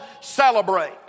celebrate